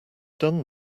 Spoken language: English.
done